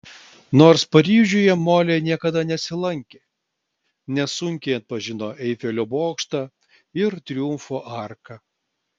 nors paryžiuje molė niekada nesilankė nesunkiai atpažino eifelio bokštą ir triumfo arką